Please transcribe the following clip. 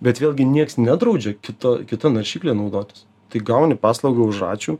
bet vėlgi nieks nedraudžia kito kita naršykle naudotis tai gauni paslaugą už ačiū